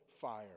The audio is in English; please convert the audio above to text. fire